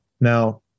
Now